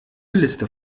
liste